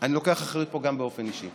אני לוקח אחריות פה גם באופן אישי,